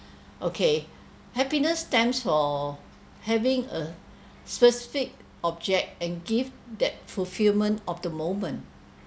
okay happiness stands for having a specific object and give that fulfilment of the moment